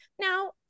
now